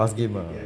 fast game ah